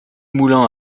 moulins